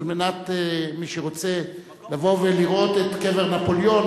מי שרוצה לבוא ולראות את קבר נפוליאון,